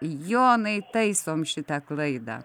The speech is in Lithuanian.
jonai taisom šitą klaidą